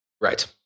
Right